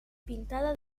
pintada